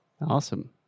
Awesome